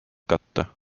katta